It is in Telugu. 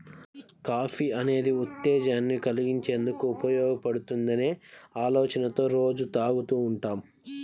కాఫీ అనేది ఉత్తేజాన్ని కల్గించేందుకు ఉపయోగపడుతుందనే ఆలోచనతో రోజూ తాగుతూ ఉంటాం